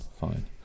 Fine